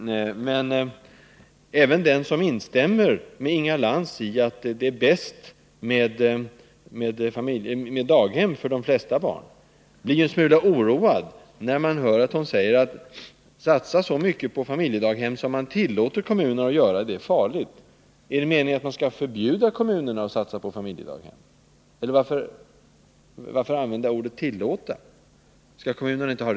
Men även den som instämmer med Inga Lantz i att det för de flesta barn är bäst med daghem, blir en smula oroad av att höra henne tala om att det är farligt med så stora satsningar på familjedaghem som man ”tillåter” kommunerna att göra. Är det meningen att man skall förbjuda kommunerna att satsa på familjedaghem -— eller varför annars använda ordet ”tillåta”?